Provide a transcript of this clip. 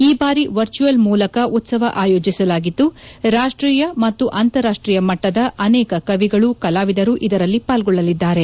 ಈ ಬಾರಿ ವರ್ಚುವಲ್ ಮೂಲಕ ಉತ್ತವ ಆಯೋಜಿಸಲಾಗಿದ್ದು ರಾಷ್ಟ್ರೀಯ ಮತ್ತು ಅಂತಾರಾಷ್ಟೀಯ ಮಟ್ಟದ ಅನೇಕ ಕವಿಗಳು ಕಲಾವಿದರು ಇದರಲ್ಲಿ ಪಾಲ್ಗೊಳ್ಳಲಿದ್ದಾರೆ